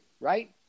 right